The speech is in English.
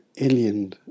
alien